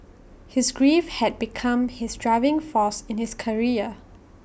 his grief had become his driving force in his career